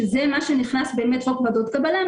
שזה מה שנכנס בחוק ועדות קבלה,